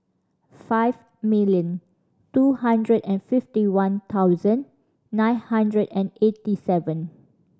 five million two hundred and fifty one thousand nine hundred and eighty seven